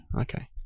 Okay